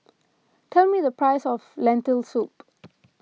tell me the price of Lentil Soup